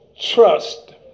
trust